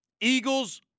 Eagles